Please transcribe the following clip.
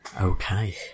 Okay